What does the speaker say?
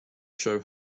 show